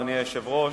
אדוני היושב-ראש,